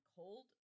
cold